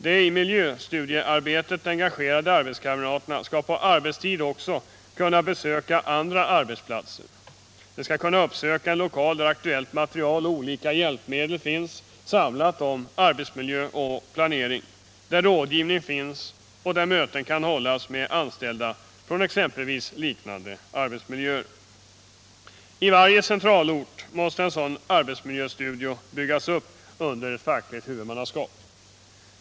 De i miljöstudiearbetet engagerade arbetskamraterna skall på arbetstid också kunna besöka andra arbetsplatser. De skall kunna uppsöka en lokal där aktuellt material och olika hjälpmedel finns samlade om arbetsmiljö och planering, där rådgivning finns och där möten kan hållas med anställda från exempelvis liknande arbetsmiljöer. I varje centralort måste en sådan arbetsmiljöstudio byggas upp under fackligt huvudmannaskap.